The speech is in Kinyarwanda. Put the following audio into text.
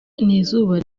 n’izuba